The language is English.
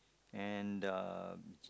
and uh